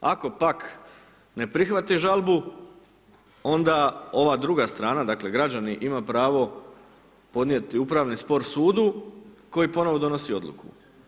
Ako pak ne prihvati žalbu, onda ova druga strana, dakle, građanin ima pravo, podnijeti upravni spor sudu, koji ponovno donosi odluku.